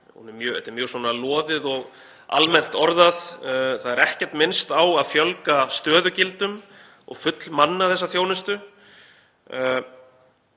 Þetta er mjög loðið og almennt orðað. Það er ekkert minnst á að fjölga stöðugildum og fullmanna þessa þjónustu.